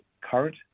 current